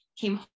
came